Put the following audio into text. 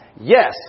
Yes